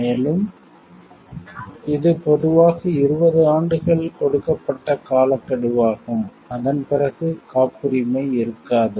மேலும் இது பொதுவாக 20 ஆண்டுகள் கொடுக்கப்பட்ட காலக்கெடுவாகும் அதன் பிறகு காப்புரிமை இருக்காது